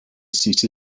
seat